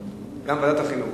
ועדת חינוך.